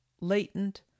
latent